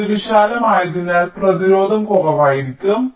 അതിനാൽ ഇത് വിശാലമായതിനാൽ പ്രതിരോധം കുറവായിരിക്കും